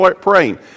praying